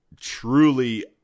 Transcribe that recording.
truly